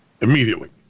Immediately